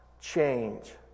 change